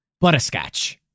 Butterscotch